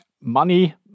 money